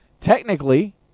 technically